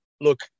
look